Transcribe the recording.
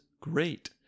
great